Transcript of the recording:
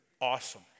Awesome